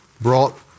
brought